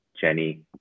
Jenny